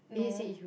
no